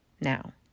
now